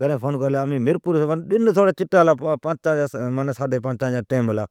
گھرین فون کرلی امی معنی مرپوریس معنی ڈن تھوڑا چٹا ھلا ۔ پانچان ساڈی پانچان جا ٹائیم ھلا ۔